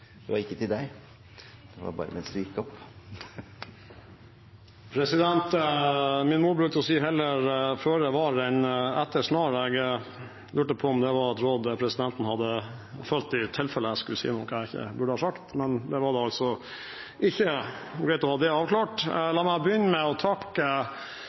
Det var ikke til deg; det ble bare sagt mens du gikk opp! Min mor brukte å si: Heller føre var enn etter snar. Jeg lurte på om det var et råd presidenten ville gi, i tilfelle jeg skulle si noe jeg ikke burde ha sagt, men det var det altså ikke. Det er greit å ha det avklart. La meg begynne med å takke